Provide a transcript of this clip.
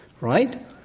right